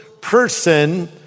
person